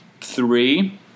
three